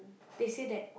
they say that